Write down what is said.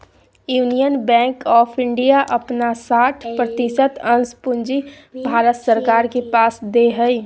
union Bank of India अपन साठ प्रतिशत अंश पूंजी भारत सरकार के पास दे हइ